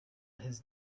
his